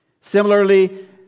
Similarly